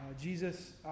Jesus